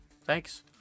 Thanks